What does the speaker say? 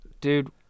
Dude